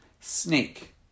snake